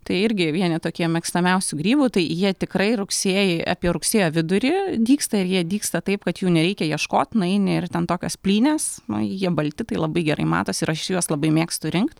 tai irgi vieni tokie mėgstamiausių grybų tai jie tikrai rugsėjį apie rugsėjo vidurį dygsta ir jie dygsta taip kad jų nereikia ieškot nueini ir ten tokios plynės nu jie balti tai labai gerai matosi ir aš juos labai mėgstu rinkt